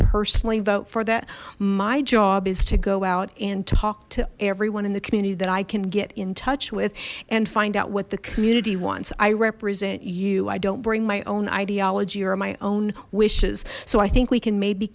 personally vote for that my job is to go out and talk to everyone in the community that i can get in touch with and find out what the community wants i represent you i don't bring my own ideology or my own wishes so i think we can maybe